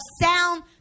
sound